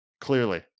Clearly